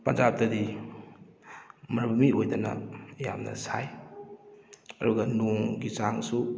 ꯄꯟꯖꯥꯕꯇꯗꯤ ꯃꯔꯨꯚꯨꯃꯤ ꯑꯣꯏꯗꯅ ꯌꯥꯝꯅ ꯁꯥꯏ ꯑꯗꯨꯒ ꯅꯣꯡꯒꯤ ꯆꯥꯡꯁꯨ